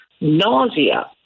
nausea